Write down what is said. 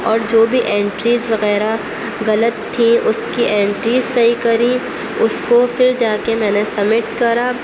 اور جو بھی اینٹریز وغیرہ غلط تھیں اس کی اینٹریز صحیح کری اس کو پھر جا کے میں نے سبمٹ کرا